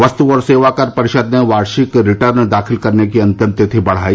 वस्तु और सेवाकर परिषद ने वार्षिक रिटर्न दाखिल करने की अंतिम तिथि बढाई